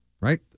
Right